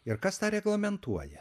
ir kas tą reglamentuoja